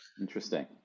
Interesting